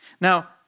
Now